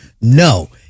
No